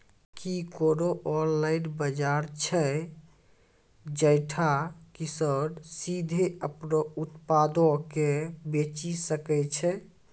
कि कोनो ऑनलाइन बजार छै जैठां किसान सीधे अपनो उत्पादो के बेची सकै छै?